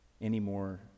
anymore